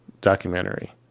documentary